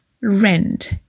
rent